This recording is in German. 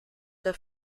der